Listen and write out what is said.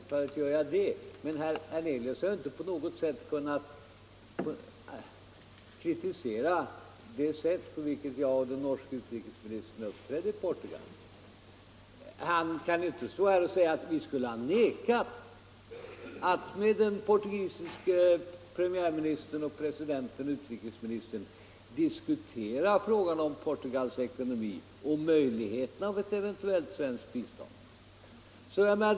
Herr talman! Självfallet gör jag det, men herr Hernelius har inte kunnat kritisera det sätt på vilket jag och den norske utrikesministern uppträdde i Portugal. Han kan inte stå här och säga att vi borde ha vägrat att med den portugisiske presidenten, premiärministern och utrikesministern diskutera frågan om Portugals ekonomi och möjligheten av ett eventuellt svenskt bistånd.